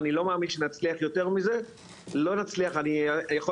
אני לא מאמין שנצליח יותר מזה,